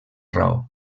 raó